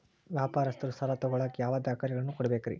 ವ್ಯಾಪಾರಸ್ಥರು ಸಾಲ ತಗೋಳಾಕ್ ಯಾವ ದಾಖಲೆಗಳನ್ನ ಕೊಡಬೇಕ್ರಿ?